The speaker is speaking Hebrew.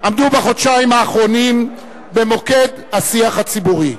עמדו בחודשיים האחרונים במוקד השיח הציבורי.